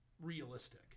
realistic